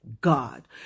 God